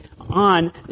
on